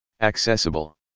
accessible